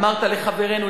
אמרת לחברינו,